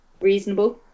reasonable